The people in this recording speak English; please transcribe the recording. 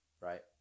Right